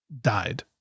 died